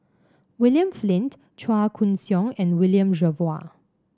William Flint Chua Koon Siong and William Jervois